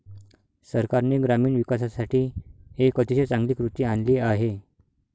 सरकारने ग्रामीण विकासासाठी एक अतिशय चांगली कृती आणली आहे